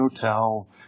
hotel